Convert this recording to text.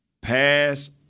pass